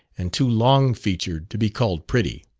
and too long-featured to be called pretty.